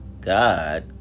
God